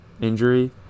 injury